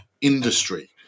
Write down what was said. industry